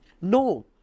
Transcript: No